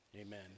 amen